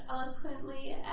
eloquently